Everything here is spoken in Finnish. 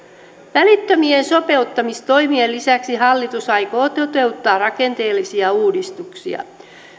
välittömien sopeuttamistoimien lisäksi hallitus aikoo toteuttaa rakenteellisia uudistuksia